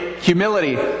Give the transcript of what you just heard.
Humility